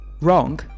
wrong